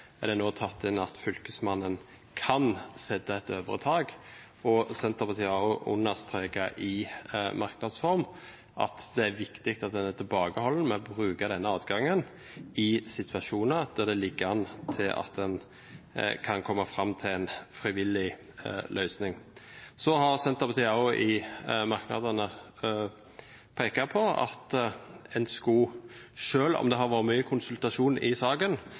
femte ledd nå er tatt inn at Fylkesmannen kan sette et øvre tak. Senterpartiet har også understreket, i merknads form, at det er viktig at en er tilbakeholden med å bruke denne adgangen i situasjoner der det ligger an til at en kan komme fram til en frivillig løsning. Senterpartiet har i merknadene også pekt på at en skulle ønsket, selv om det har vært mye konsultasjon i saken,